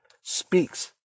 speaks